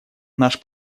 наш